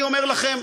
אני אומר לכם,